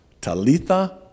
Talitha